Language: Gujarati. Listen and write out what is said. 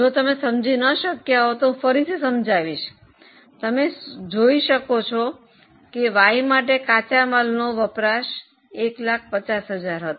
જો તમે સમજી ન શક્યા હોય તો હું ફરીથી સમજાવીશ તમે જોઈ શકો છો કે Y માટે કાચા માલનો વપરાશ 150000 હતો